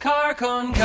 Carcon